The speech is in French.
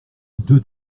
deux